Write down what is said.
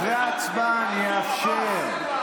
אחרי ההצבעה אני אאפשר.